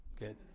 Good